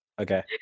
Okay